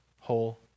whole